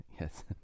Yes